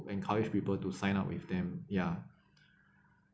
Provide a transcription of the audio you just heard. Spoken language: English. encourage people to sign up with them ya